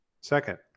Second